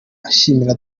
ashimira